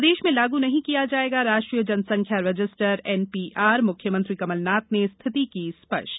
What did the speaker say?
प्रदेश में लागू नहीं किया जायेगा राष्ट्रीय जनसंख्या रजिस्ट्रर एनपीआर मुख्यमंत्री कमलनाथ ने स्थिति की स्पष्ट